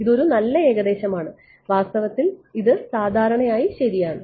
ഇത് ഒരു നല്ല ഏകദേശമാണ് വാസ്തവത്തിൽ ഇത് സാധാരണയായി ശരിയാണ്